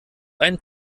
ein